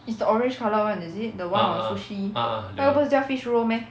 is the orange colour [one] is it the one on sushi 那个不是叫 fish roe meh